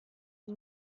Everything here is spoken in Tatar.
мин